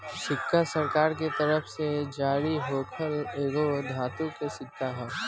सिक्का सरकार के तरफ से जारी होखल एगो धातु के सिक्का ह